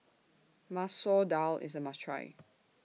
Masoor Dal IS A must Try